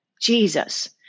Jesus